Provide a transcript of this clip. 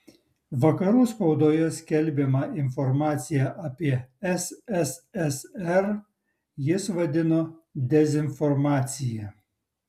vakarų spaudoje skelbiamą informaciją apie sssr jis vadino dezinformacija